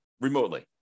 remotely